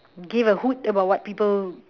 give a hoot about what people